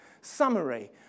Summary